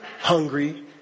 hungry